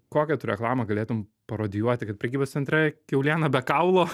kokią tu reklamą galėtum parodijuoti kad prekybos centre kiauliena be kaulo